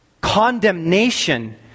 Condemnation